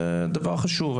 זה דבר חשוב.